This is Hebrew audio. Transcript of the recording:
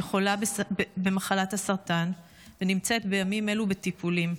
שחולה במחלת הסרטן ונמצאת בימים אלו בטיפולים.